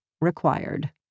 required